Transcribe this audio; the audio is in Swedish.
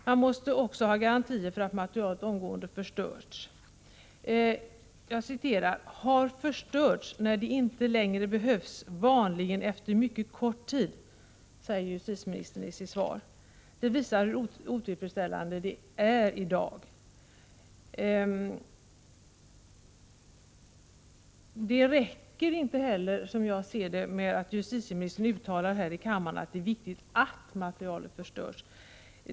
Man måste också ha garantier för att materialet omedelbart förstörs. I sitt svar säger justitieministern: ”har förstörts när det inte längre behövs, vanligen efter mycket kort tid.” Det visar hur otillfredsställande situationen är i dag. Det räcker inte heller, som jag ser det, med att justitieministern uttalar här i kammaren att det är viktigt att materialet förstörs.